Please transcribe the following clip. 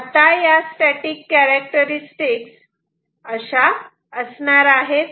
आता या static characteristics अशा असणार आहेत